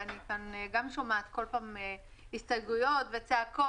ואני כאן גם שומעת כל פעם הסתייגויות וצעקות.